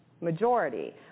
majority